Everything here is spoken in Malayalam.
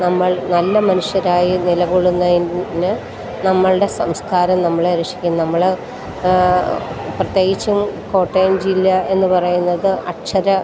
നമ്മൾ നല്ല മനുഷ്യരായി നിലകൊള്ളുന്നതിന് നമ്മളുടെ സംസ്കാരം നമ്മളെ രക്ഷിക്കും നമ്മൾ പ്രത്യേകിച്ചും കോട്ടയം ജില്ല എന്ന് പറയുന്നത് അക്ഷര